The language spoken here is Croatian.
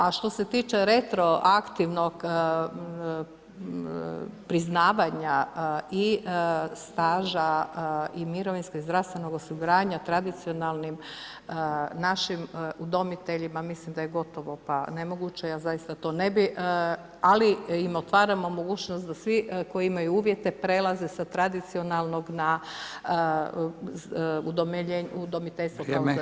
A što se tiče retroaktivnog priznavanja i staža i mirovinskog i zdravstvenog osiguranja, tradicionalnim našim udomiteljima, mislim da je gotovo pa nemoguće, ja zaista to ne bi, ali im otvaramo mogućnost svi koji imaju uvjete prelaze sa tradicionalnog na udomiteljstvo kao zanimanje.